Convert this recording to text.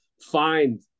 find